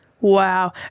wow